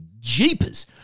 jeepers